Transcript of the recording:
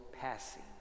passing